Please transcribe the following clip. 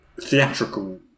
theatrical